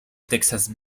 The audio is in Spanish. texas